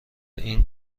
این